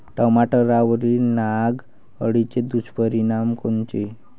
टमाट्यावरील नाग अळीचे दुष्परिणाम कोनचे?